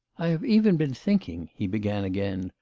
i have even been thinking he began again,